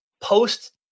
post